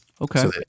Okay